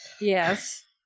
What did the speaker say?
Yes